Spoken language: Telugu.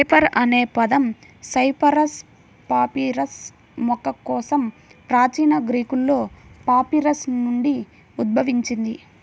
పేపర్ అనే పదం సైపరస్ పాపిరస్ మొక్క కోసం ప్రాచీన గ్రీకులో పాపిరస్ నుండి ఉద్భవించింది